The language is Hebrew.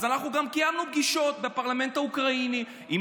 אז אנחנו גם קיימנו פגישות בפרלמנט האוקראיני עם